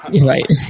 right